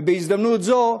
ובהזדמנות זו,